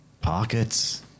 Pockets